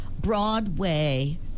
broadway